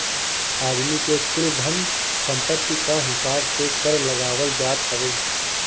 आदमी के कुल धन सम्पत्ति कअ हिसाब से कर लगावल जात हवे